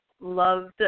loved